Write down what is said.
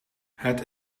het